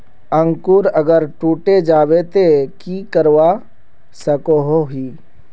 अंकूर अगर टूटे जाबे ते की करवा सकोहो ही?